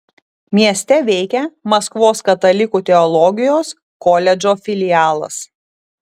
mieste veikia maskvos katalikų teologijos koledžo filialas